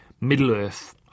Middle-earth